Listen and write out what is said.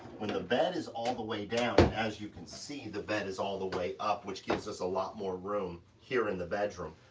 when the bed is all the way down as you can see, the bed is all the way up, which gives us a lot more room, here in the bedroom.